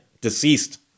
deceased